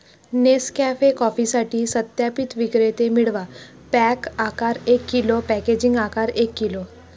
Nescafe कॉफीसाठी सत्यापित विक्रेते मिळवा, पॅक आकार एक किलो, पॅकेजिंग आकार एक किलो